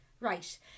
Right